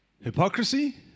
hypocrisy